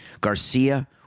Garcia